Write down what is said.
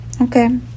Okay